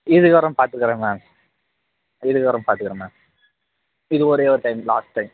இதுக்கப்புறம் பார்த்துக்கறேன் மேம் இதுக்கப்புறம் பார்த்துக்கறேன் மேம் இது ஒரே ஒரு டைம் லாஸ்ட் டைம்